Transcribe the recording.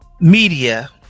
media